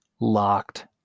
locked